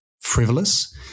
frivolous